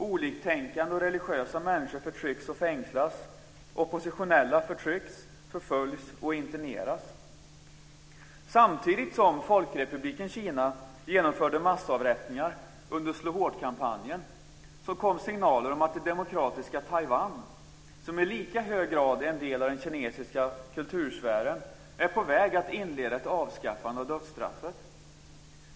Oliktänkande och religiösa människor förtrycks och fängslas. Oppositionella förtrycks, förföljs och interneras. Samtidigt som Folkrepubliken Kina genomförde massavrättningar under Slå hårt-kampanjen kom signaler om att det demokratiska Taiwan, som i lika hög grad är en del av den kinesiska kultursfären, är på väg att inleda ett avskaffande av dödsstraffet.